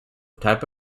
type